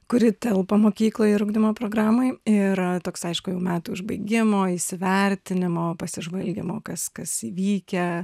kuri telpa mokykloj ir ugdymo programoj ir toks aišku jau metų užbaigimo įsivertinimo pasižvalgymo kas kas įvykę